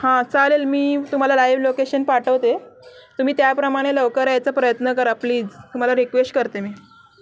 हं चालेल मी तुम्हाला लाईव्ह लोकेशन पाठवते तुम्ही त्याप्रमाणे लवकर यायचा प्रयत्न करा प्लीज तुम्हाला रिक्वेस्ट करते मी